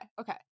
okay